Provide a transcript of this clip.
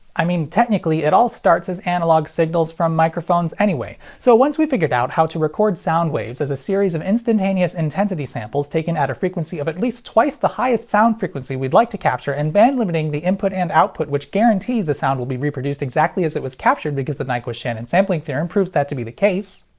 i mean, technically it all starts as analog signals from microphones anyway, so once we figured out how to record sound waves as a series of instantaneous intensity samples taken at a frequency of at least twice the highest sound frequency we'd like to capture and bandlimiting the input and output which guarantees the sound will be reproduced exactly as it was captured because the nyquist-shannon sampling theorem proves that to be the case,